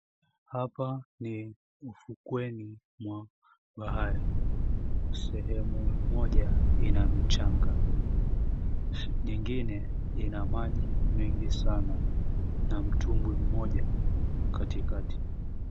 Hapa ni ufukweni mwa bahari. Sehemu moja ina mchanga, nyingine ina maji mengi sana, na mtumbwi mmoja katikati.